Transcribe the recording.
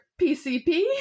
PCP